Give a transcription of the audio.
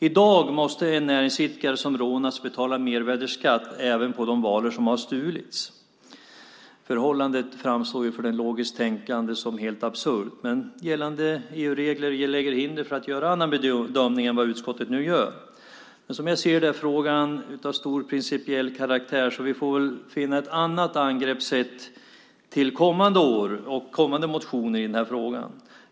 I dag måste en näringsidkare som rånas betala mervärdesskatt även på de varor som har stulits. Förhållandet framstår för den logiskt tänkande som helt absurt, men gällande EU-regler lägger hinder för att göra en annan bedömning än den som utskottet nu gör. Men som jag ser det är frågan av stor principiell vikt, så vi får väl hitta ett annat angreppssätt till kommande år och i kommande motioner i den här frågan.